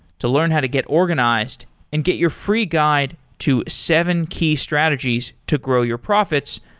to learn how to get organized and get your free guide to seven key strategies to grow your profits,